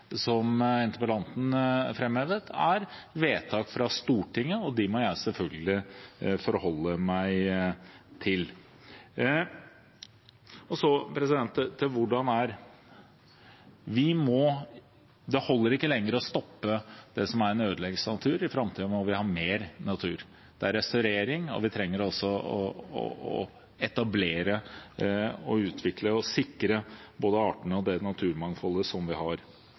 som interpellanten framhevet, er vedtak fra Stortinget, og dem må jeg selvfølgelig forholde meg til. Det holder ikke lenger å stoppe det som er en ødeleggelse av naturen – i framtiden må vi ha mer natur. Det er restaurering, og vi trenger også å etablere, utvikle og sikre både artene og det naturmangfoldet som vi har.